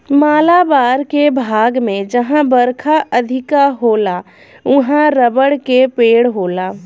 मालाबार के भाग में जहां बरखा अधिका होला उहाँ रबड़ के पेड़ होला